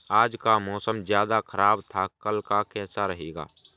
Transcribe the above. आज का मौसम ज्यादा ख़राब था कल का कैसा रहेगा?